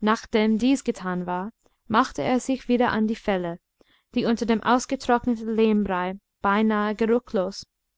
nachdem dies getan war machte er sich wieder an die felle die unter dem ausgetrockneten lehmbrei beinahe